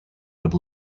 would